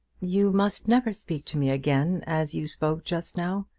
you must never speak to me again as you spoke just now.